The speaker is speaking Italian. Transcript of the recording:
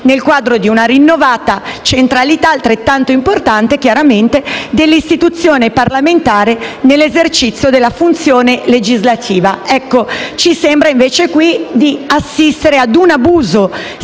nel quadro di una rinnovata centralità, altrettanto importante, dell'istituzione parlamentare nell'esercizio della funzione legislativa. Ebbene, ci sembra invece di assistere ad un abuso,